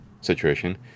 situation